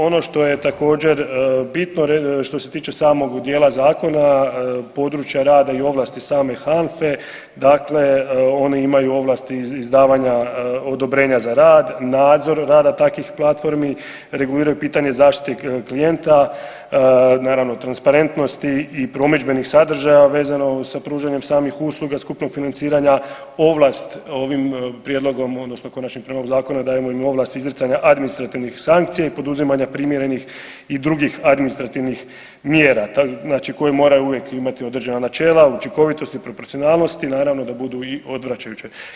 Ono što je također bitno što se tiče samog dijela zakona, područja rada i ovlasti same HANFA-e, dakle oni imaju ovlasti izdavanja odobrenja za rad, nadzor rada takvih platformi, reguliraju pitanje zaštite klijenta, naravno transparentnosti i promidžbenih sadržaja vezano za pružanje samih usluga, skupnog financiranja, ovlast ovim prijedlogom odnosno Konačnim prijedlogom zakona dajemo im ovlast izricanja administrativnih sankcija i poduzimanja primjerenih i drugih administrativnih mjera znači koje moraju uvijek imati određena načela, učinkovitosti i proporcionalnosti i naravno da budu i odvraćajuće.